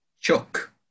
Chuck